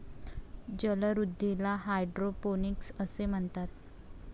जलवृद्धीला हायड्रोपोनिक्स असे म्हणतात